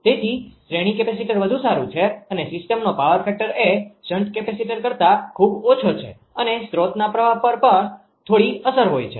તેથી શ્રેણી કેપેસિટર વધુ સારૂ છે અને સિસ્ટમનો પાવર ફેક્ટર એ શન્ટ કેપેસીટર કરતા ખુબ ઓછો છે અને સ્રોતના પ્રવાહ પર થોડી અસર હોય છે